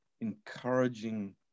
encouraging